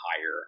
higher